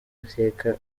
akeka